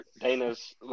Dana's